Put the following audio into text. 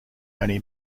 only